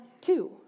two